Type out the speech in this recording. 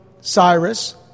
Cyrus